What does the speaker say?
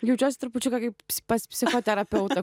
jaučiuosi trupučiuką kaip pas psichoterapeutą